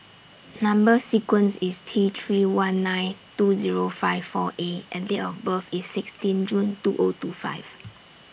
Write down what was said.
Number sequence IS T three one nine two Zero five four A and Date of birth IS sixteen June two O two five